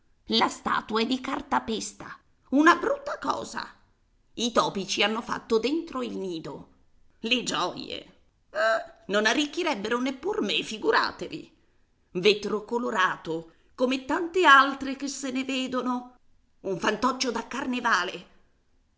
la statua è di cartapesta una brutta cosa i topi ci hanno fatto dentro il nido le gioie eh eh non arricchirebbero neppur me figuratevi vetro colorato come tante altre che se ne vedono un fantoccio da carnevale